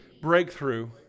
breakthrough